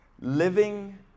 living